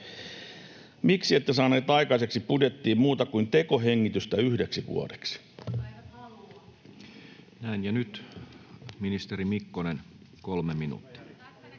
Miksi ette saaneet aikaiseksi budjettiin muuta kuin tekohengitystä yhdeksi vuodeksi?